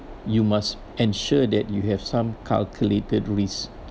you must ensure that you have some calculated risk